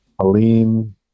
Aline